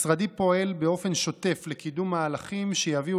משרדי פועל באופן שוטף לקידום מהלכים שיביאו